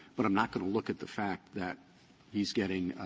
but i'm not going to look at the fact that he's getting,